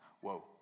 whoa